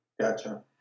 Gotcha